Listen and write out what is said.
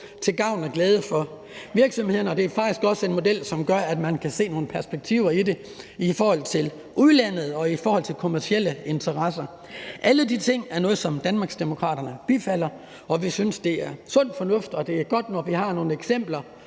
til gavn og glæde for virksomhederne, og det er faktisk også en model, som gør, at man kan se nogle perspektiver i det i forhold til udlandet og i forhold til kommercielle interesser. Alle de ting er noget, som Danmarksdemokraterne bifalder, og vi synes, det er sund fornuft, og at det er godt, når vi har nogle eksempler,